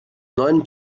neuen